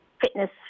fitness